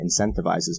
incentivizes